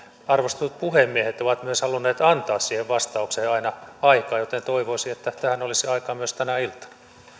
arvostetut puhemiehet ovat myös halunneet antaa siihen vastaukseen aina aikaa joten toivoisin että tähän olisi aikaa myös tänä iltana